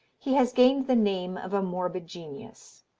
he has gained the name of a morbid genius.